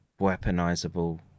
weaponizable